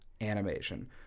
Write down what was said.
animation